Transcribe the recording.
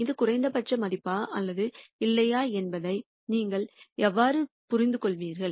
இது குறைந்தபட்ச மதிப்பா அல்லது இல்லையா என்பதை நீங்கள் எவ்வாறு புரிந்துகொள்வீர்கள்